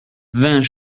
vingt